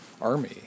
army